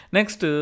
Next